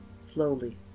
slowly